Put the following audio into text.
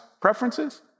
preferences